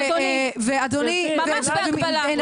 ממש בהקבלה.